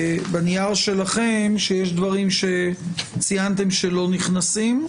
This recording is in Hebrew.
בנייר שלכם, שיש דברים שציינתם שלא נכנסים.